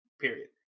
period